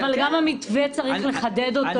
אבל גם את המתווה צריך לחדד,